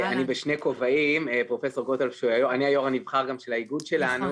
אני בשני כובעים: אני גם היו"ר הנבחר של האיגוד שלנו,